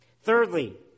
Thirdly